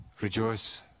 rejoice